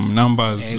numbers